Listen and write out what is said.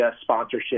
sponsorship